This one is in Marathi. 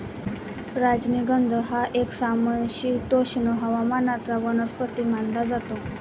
राजनिगंध हा एक समशीतोष्ण हवामानाचा वनस्पती मानला जातो